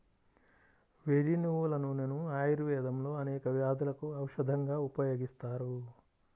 వెర్రి నువ్వుల నూనెను ఆయుర్వేదంలో అనేక వ్యాధులకు ఔషధంగా ఉపయోగిస్తారు